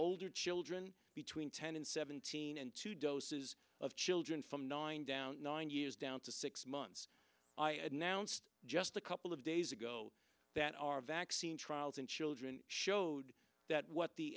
older children between ten and seventeen and two doses of children from nine down nine years down to six months i had announced just a couple of days ago that our vaccine trials in children showed that what the